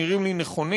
נראים לי נכונים,